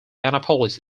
annapolis